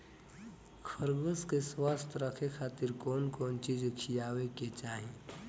खरगोश के स्वस्थ रखे खातिर कउन कउन चिज खिआवे के चाही?